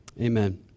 Amen